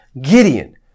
Gideon